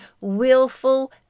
willful